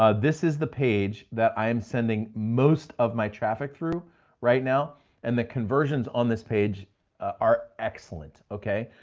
ah this is the page that i am sending most of my traffic through right now and the conversions on this page are excellent, okay.